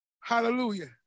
Hallelujah